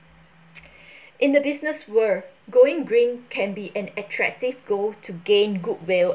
in the business world going green can be an attractive goal to gain goodwill